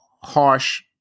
harsh